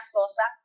Sosa